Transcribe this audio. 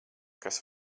kas